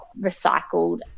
recycled